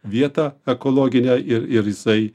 vietą ekologinę ir ir jisai